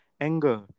anger